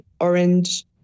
orange